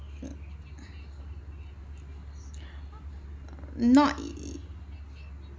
not ea~